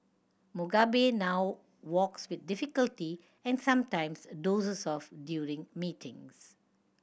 Mugabe now walks with difficulty and sometimes dozes off during meetings